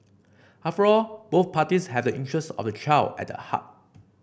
after all both parties have the interests of the child at heart